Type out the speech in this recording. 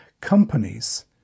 companies